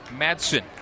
Madsen